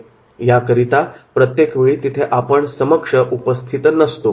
कारण याकरीता प्रत्येकवेळी तिथे आपण समक्ष उपस्थित नसतो